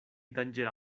danĝera